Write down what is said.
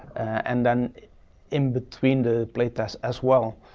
and then in between the play tests, as well.